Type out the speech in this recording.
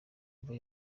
mva